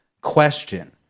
question